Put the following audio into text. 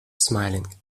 smiling